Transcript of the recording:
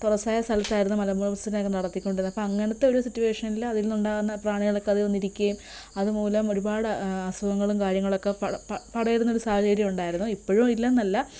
തുറസ്സായ സ്ഥലത്തായിരുന്നു മലമൂത്ര വിസർജ്ജനം നടത്തി കൊണ്ടിരുന്നത് അപ്പം അങ്ങനത്തെ ഒരു സിറ്റുവേഷനിൽ അതിൽ നിന്നുണ്ടാകുന്ന പ്രാണികളൊക്കെ അതിൽ വന്നിരിക്കുകയും അതുമൂലം ഒരുപാട് അസുഖങ്ങളും കാര്യങ്ങളൊക്കെ പടരുന്നൊരു സാഹചര്യം ഉണ്ടായിരുന്നു ഇപ്പോഴും ഇല്ലെന്നല്ല